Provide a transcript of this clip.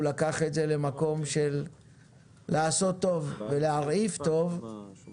הוא לקח את זה למקום של לעשות טוב ולהרעיף טוב והנה